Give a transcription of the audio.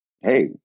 hey